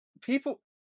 people